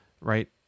right